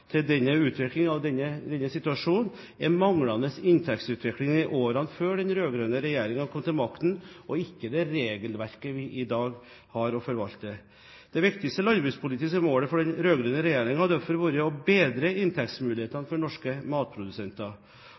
til denne utviklingen og denne situasjonen er manglende inntektsutvikling i årene før den rød-grønne regjeringen kom til makten, og ikke det regelverket vi i dag har å forvalte. Det viktigste landbrukspolitiske målet for den rød-grønne regjeringen har derfor vært å bedre inntektsmulighetene til norske matprodusenter.